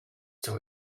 too